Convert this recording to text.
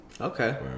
Okay